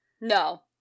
no